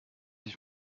ich